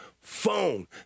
phone